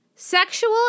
Sexual